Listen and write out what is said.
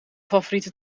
favoriete